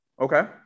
Okay